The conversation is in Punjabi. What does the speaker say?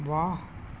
ਵਾਹ